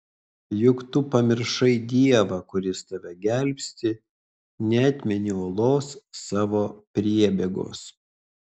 juk tu pamiršai dievą kuris tave gelbsti neatmeni uolos savo priebėgos